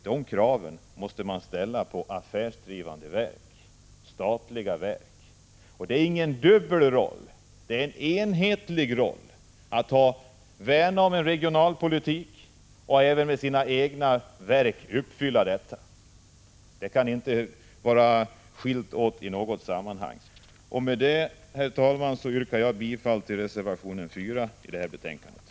De kraven måste man ställa också på alla affärsdrivande statliga verk. De har här inte någon dubbel roll, utan de måste både kunna värna om regionalpolitiska mål och kunna uppfylla kraven på dem som affärsdivande verk. De båda uppgifterna kan inte skiljas åt i något sammanhang. Med detta, hett talman, yrkar jag bifall till reservation 4 i betänkandet.